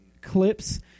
clips